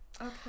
Okay